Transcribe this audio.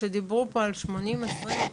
כשדיברו פה על 80-20,